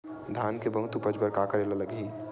धान के बहुत उपज बर का करेला लगही?